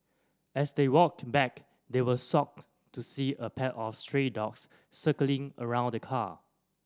as they walked back they were socked to see a pack of stray dogs circling around the car